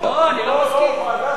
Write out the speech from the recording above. אני לא מסכים.